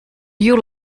you